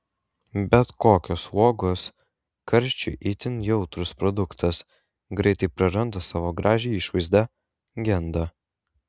bet kokios uogos karščiui itin jautrus produktas greitai praranda savo gražią išvaizdą genda